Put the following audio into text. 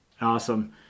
Awesome